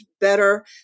better